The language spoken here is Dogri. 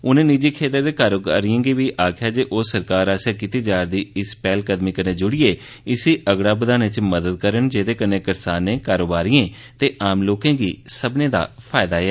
उनें निजी क्षेत्र दे कारोबारिएं गी बी आखेआ जे ओह् सरकार आसेआ कीती जा'रदी इस पैहलकदमी कन्नै ज्ड़ियै इसी अगड़ा बधाने च मदद करन जेह्दे कन्नै करसानें कारोबारिएं ते आम लोकें सब्भनें दा फायदा ऐ